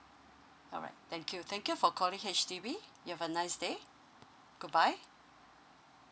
alright thank you thank you for calling H_D_B you have a nice day goodbye